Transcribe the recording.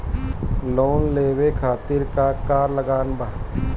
Loan लेवे खातिर का का लागत ब?